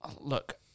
Look